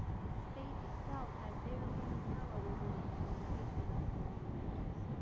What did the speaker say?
the state itself had very little power over the implementation of communal matters.